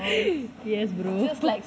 yes brother